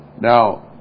Now